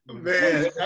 Man